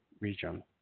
region